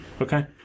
Okay